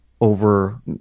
over